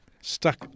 stuck